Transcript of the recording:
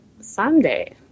someday